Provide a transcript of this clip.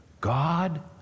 God